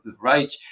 right